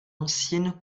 ancienne